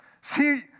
See